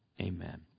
amen